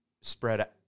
spread